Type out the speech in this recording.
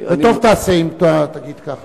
וטוב תעשה אם תגיד כך.